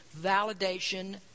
validation